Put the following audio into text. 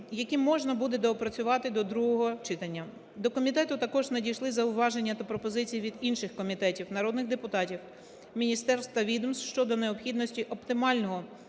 які можна буде доопрацювати до другого читання. До комітету також надійшли зауваження та пропозиції від інших комітетів, народних депутатів, міністерств та відомств щодо необхідності оптимального